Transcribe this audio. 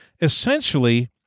Essentially